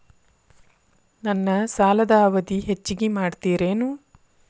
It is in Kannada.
ನನ್ನ ಸಾಲದ ಅವಧಿ ಹೆಚ್ಚಿಗೆ ಮಾಡ್ತಿರೇನು?